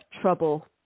trouble